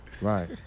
Right